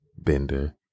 Bender